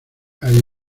hay